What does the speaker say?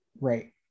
right